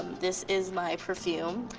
this is my perfume.